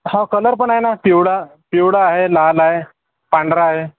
हो कलर पण आहे ना पिवळा पिवळा आहे लाल आहे पांढरा आहे